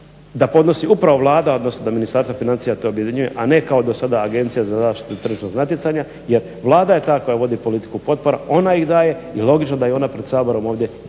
da podnosi upravo Vlada, odnosno da Ministarstvo financija to objedinjuje, a ne kao do sada AZTN. Jer Vlada je ta koja vodi politiku potpora, ona ih daje i logično da i ona pred Saborom ovdje polaže